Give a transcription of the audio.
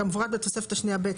כמפורט בתוספת השנייה ב'.